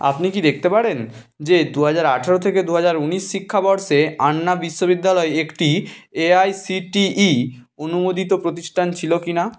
আপনি কি দেখতে পারেন যে দুহাজার আঠেরো থেকে দুহাজার ঊনিশ শিক্ষাবর্ষে আন্না বিশ্ববিদ্যালয় একটি এআইসিটিই অনুমোদিত প্রতিষ্ঠান ছিল কি না